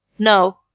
No